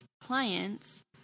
clients